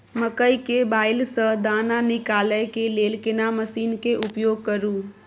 मकई के बाईल स दाना निकालय के लेल केना मसीन के उपयोग करू?